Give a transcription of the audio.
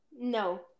no